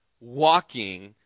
walking